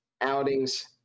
outings